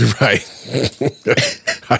right